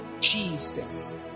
Jesus